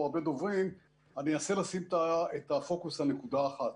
הרבה דוברים; אני אנסה לשים את הפוקוס על נקודה אחת.